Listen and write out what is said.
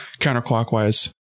counterclockwise